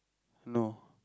no